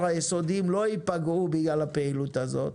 היסודיים לא ייפגעו בגלל הפעילות הזאת.